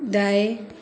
दाएं